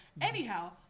Anyhow